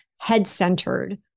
head-centered